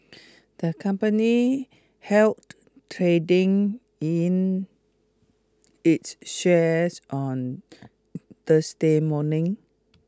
the company trading in its shares on Thursday morning